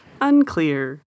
Unclear